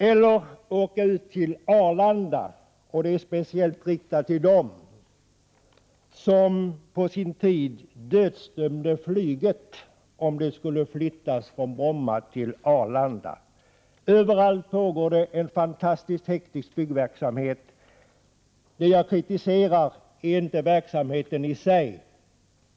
Man kan också åka ut mot Arlanda — detta säger jag speciellt till dem som på sin tid dödsdömde inrikesflyget om det skulle flyttas från Bromma till Arlanda. Överallt pågår en fantastisk teknisk byggverksamhet. Det jag kritiserar är inte byggandet i sig.